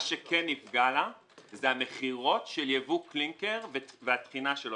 מה שכן נפגע לה אלו המכירות של יבוא קלינקר והטחינה שלו.